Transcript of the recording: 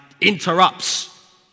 interrupts